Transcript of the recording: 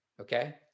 Okay